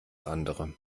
andere